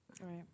right